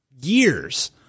years